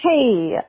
Hey